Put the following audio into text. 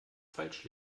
falsch